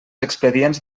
expedients